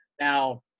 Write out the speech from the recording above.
Now